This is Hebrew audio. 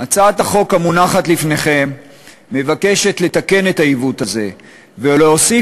הצעת החוק המונחת לפניכם מבקשת לתקן את העיוות הזה ולהוסיף